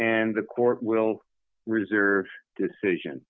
and the court will reserve decision